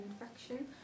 infection